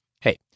Hey